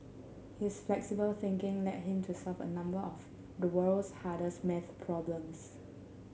his flexible thinking led him to solve a number of the world's hardest math problems